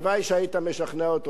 הלוואי שהיית משכנע אותו.